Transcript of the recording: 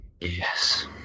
Yes